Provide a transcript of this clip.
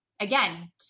again